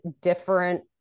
different